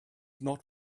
not